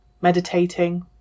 meditating